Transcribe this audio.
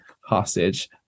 hostage